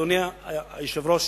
אדוני היושב-ראש,